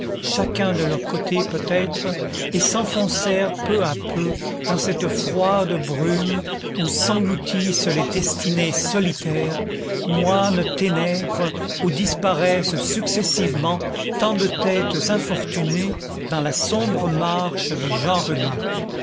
chacun de leur côté peut-être et s'enfoncèrent peu à peu dans cette froide brume où s'engloutissent les destinées solitaires moines ténèbres où disparaissent successivement tant de têtes infortunées dans la sombre marche du genre humain